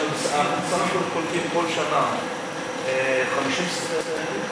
אנחנו בסך הכול קולטים כל שנה 50 סטודנטים,